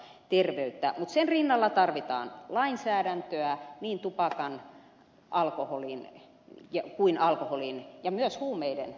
mutta sen rinnalla tarvitaan lainsäädäntöä niin tupakan kuin alkoholin ja myös huumeiden kohdalla